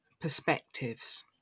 perspectives